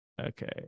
Okay